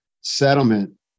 settlement